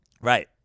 Right